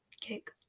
cake